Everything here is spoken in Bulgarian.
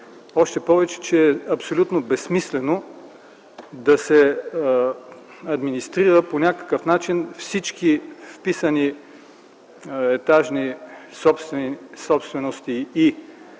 Още повече, че е абсолютно безсмислено да се администрират по някакъв начин всички вписани етажни собствености и